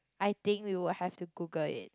I think we will have to Google it